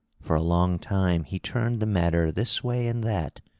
for a long time he turned the matter this way and that,